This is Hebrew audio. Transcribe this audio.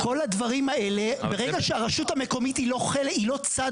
כל הדברים האלה, ברגע שהרשות המקומית היא לא צד